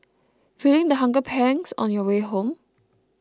feeling the hunger pangs on your way home